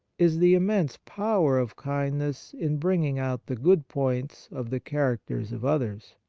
is the immense power of kindness in bringing out the good points of the characters of others.